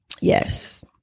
Yes